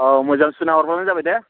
औ मोजां सोना हरबानो जाबाय दे